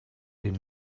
den